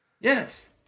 Yes